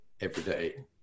everyday